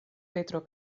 petro